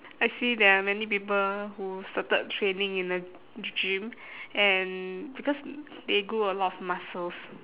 I see there are many people who started training in the g~ gym and because they grew a lot of muscles